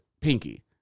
pinky